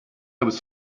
was